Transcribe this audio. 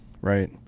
right